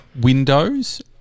windows